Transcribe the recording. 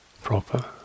proper